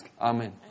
Amen